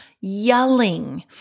yelling